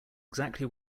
exactly